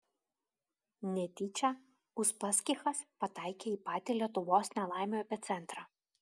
netyčia uspaskichas pataikė į patį lietuvos nelaimių epicentrą